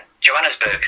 Johannesburg